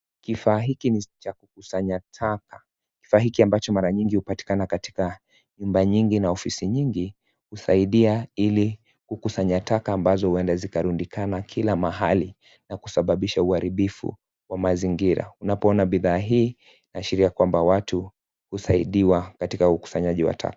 Kifaa hiki ni cha kusanya taka, kifaa hiki ambayo mara nyingi hupatikana katika nyumba nyingi na ofisi nyingi husaidia hili kukusanya taka ambazo huenda zikarundukana kila mahali na kusababisha uharibifu wa mazingira, unapoona bidhaa hii inaashiria kuwa watu wanasaidiwa katika ukusanyaji wa taka.